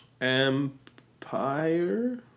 Empire